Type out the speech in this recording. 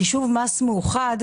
בחישוב מס מאוחד,